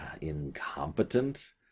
incompetent